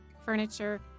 furniture